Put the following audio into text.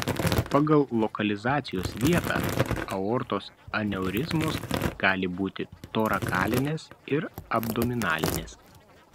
pagal lokalizacijos vietą aortos aneurizmos gali būti torakalinės ir abdominalinės